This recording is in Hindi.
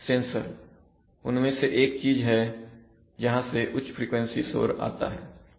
सेंसर उनमें से एक चीज है जहां से उच्च फ्रिकवेंसी शोर आता है